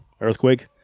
Earthquake